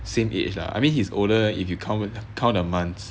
same age lah I mean he's older if you count count the months